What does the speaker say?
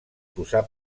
posar